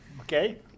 okay